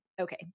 Okay